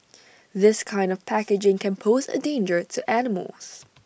this kind of packaging can pose A danger to animals